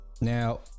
Now